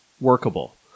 workable